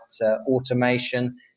automation